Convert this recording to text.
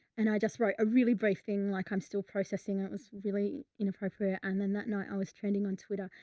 and i just wrote a really brief thing, like i'm still processing. it was really inappropriate. and then that night i was trending on twitter,